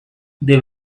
they